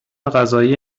قضایی